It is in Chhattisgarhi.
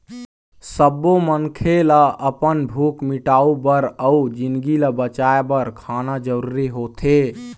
सब्बो मनखे ल अपन भूख मिटाउ बर अउ जिनगी ल बचाए बर खाना जरूरी होथे